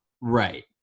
Right